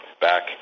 back